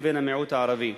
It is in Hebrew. לבין המיעוט הערבי.